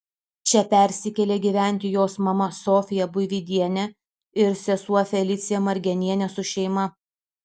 čia persikėlė gyventi jos mama sofija buividienė ir sesuo felicija margenienė su šeima